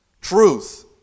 truth